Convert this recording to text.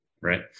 right